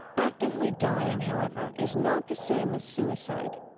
actively dying, however, is not the same as suicide.